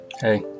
hey